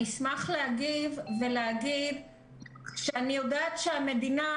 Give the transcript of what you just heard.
אשמח להגיב ולהגיד שאני יודעת שהמדינה,